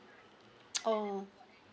oh